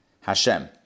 Hashem